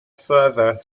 further